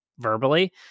verbally